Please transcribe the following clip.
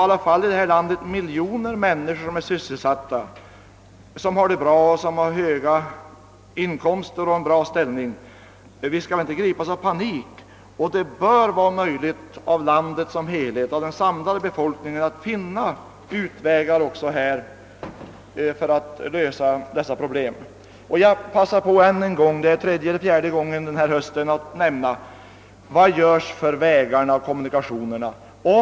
Det finns ändå miljoner människor här i landet som har sysselsättning, en bra ställning och höga inkomster. Därför skall vi inte gripas av panik. För landet som helhet bör det vara möjligt att finna utvägar för att lösa också de problem som vi här talar om. Jag vill passa på tillfället att nu, för tredje eller fjärde gången under denna höst, fråga vad som göres för våra vägar och kommunikationer i norr.